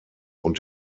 und